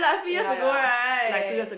three years ago right